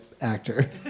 actor